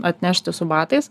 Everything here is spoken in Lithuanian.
atnešti su batais